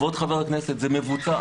כבוד חבר הכנסת, זה מבוצע.